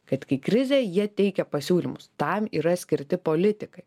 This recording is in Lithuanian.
kad kai krizė jie teikia pasiūlymus tam yra skirti politikai